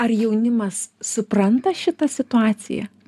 ar jaunimas supranta šitą situaciją